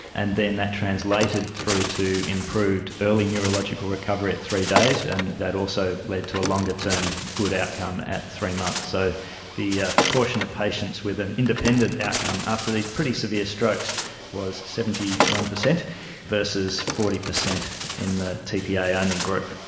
and then that translated through to improved early neurological recovery at three days, and that also led to a longer-term good outcome at three months. so the proportion of patients with an independent outcome after these pretty severe strokes was seventy one percent versus forty percent in the tpa only group.